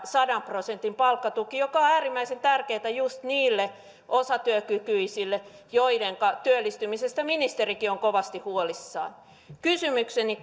sadan prosentin palkkatuki mikä on äärimmäisen tärkeää just niille osatyökykyisille joidenka työllistymisestä ministerikin on kovasti huolissaan kysymykseni